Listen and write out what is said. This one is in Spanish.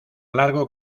largo